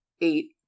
Eight